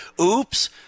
oops